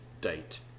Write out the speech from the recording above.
date